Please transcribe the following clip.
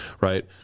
right